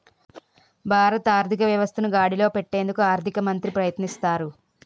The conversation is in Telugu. భారత ఆర్థిక వ్యవస్థను గాడిలో పెట్టేందుకు ఆర్థిక మంత్రి ప్రయత్నిస్తారు